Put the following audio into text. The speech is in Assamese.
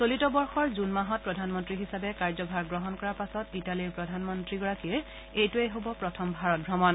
চলিত বৰ্ষৰ জূন মাহত প্ৰধানমন্ত্ৰী হিচাপে কাৰ্যভাৰ গ্ৰহণ কৰাৰ পাছত ইটালীৰ প্ৰধানমন্ত্ৰীগৰাকীৰ এইটোৱে হ'ব প্ৰথম ভাৰত ভ্ৰমণ